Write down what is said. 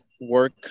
work